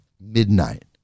midnight